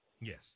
Yes